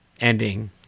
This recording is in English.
Ending